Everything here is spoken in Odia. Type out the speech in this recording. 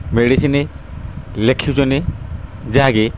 ମେଡ଼ିସିନ୍ ଲେଖୁଛନ୍ତି ଯାହାକି